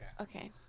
Okay